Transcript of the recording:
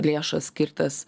lėšas skirtas